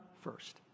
first